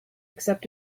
except